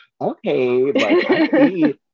okay